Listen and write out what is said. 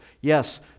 Yes